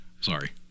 Sorry